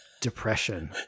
depression